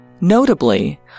Notably